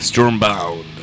Stormbound